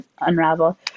unravel